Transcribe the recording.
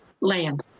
land